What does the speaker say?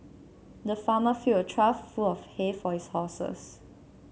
the farmer filled a trough full of hay for his horses